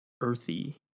earthy